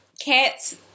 Cats